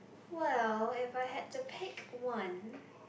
well if I had to pick one